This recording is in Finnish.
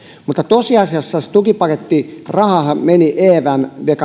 mutta tosiasiassa se tukipakettirahahan meni evm